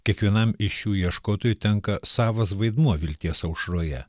kiekvienam iš šių ieškotojų tenka savas vaidmuo vilties aušroje